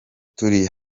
turi